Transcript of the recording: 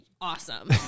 awesome